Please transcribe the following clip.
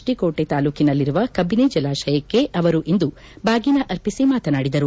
D Kote ತಾಲ್ಲೂಕಿನಲ್ಲಿರುವ ಕಬಿನಿ ಜಲಾತಯಕ್ಷೆ ಅವರು ಇಂದು ಬಾಗಿನ ಅರ್ಪಿಸಿ ಮಾತನಾಡಿದರು